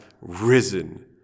risen